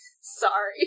Sorry